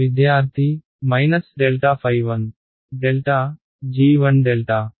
విద్యార్థి ∇ ɸ1